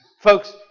Folks